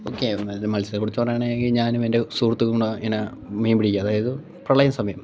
okay മത്സ്യ പിടുത്തം പറഞ്ഞാൽ ആണെങ്കിൽ ഞാനും എൻ്റെ സുഹൃത്തുംകൂടെ ഇങ്ങന മീൻ പിടിക്കാൻ അതായത് പ്രളയം സമയം